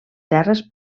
terres